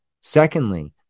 Secondly